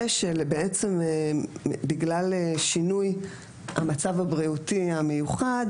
ושבעצם בגלל שינוי המצב הבריאותי המיוחד,